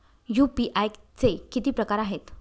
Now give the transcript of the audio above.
UPI चे किती प्रकार आहेत?